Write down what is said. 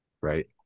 right